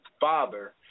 father